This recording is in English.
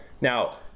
now